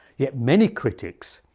yet many critics,